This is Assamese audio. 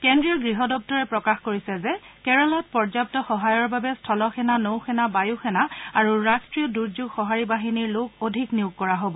কেন্দ্ৰীয় গৃহ দপ্তৰে প্ৰকাশ কৰিছে যে কেৰালাত পৰ্যাপ্ত সহায়ৰ বাবে স্থলসেনা নৌসেনা বায়ুসেনা আৰু ৰাষ্ট্ৰীয় দুৰ্যেগ সহাৰি বাহিনীৰ লোক অধিক নিয়োগ কৰা হ'ব